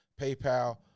PayPal